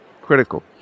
Critical